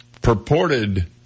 purported